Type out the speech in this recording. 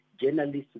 journalists